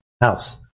House